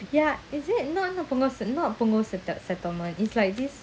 ya is it no not punggol se~ not punggol settlement is like this